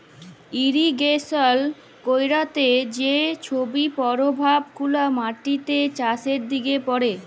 irrigation ক্যইরতে যে ছব পরভাব গুলা মাটিতে, চাষের দিকে পড়ে